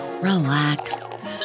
relax